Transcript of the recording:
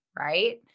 right